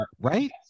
right